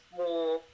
more